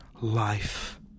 Life